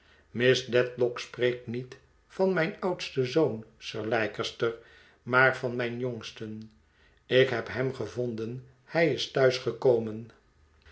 dedlock spreekt niet van mijn oudsten zoon sir leicester maar van mijn jongsten ik heb hem gevonden hij is